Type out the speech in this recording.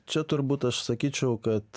čia turbūt aš sakyčiau kad